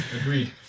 Agreed